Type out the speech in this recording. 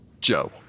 Joe